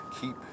keep